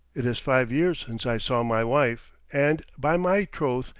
it is five years since i saw my wife, and, by my troth,